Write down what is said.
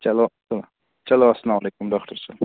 چلو چلو اسلام علیکُم ڈاکٹر صٲب